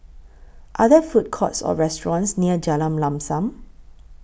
Are There Food Courts Or restaurants near Jalan Lam SAM